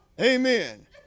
Amen